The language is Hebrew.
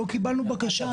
לא קיבלנו בקשה.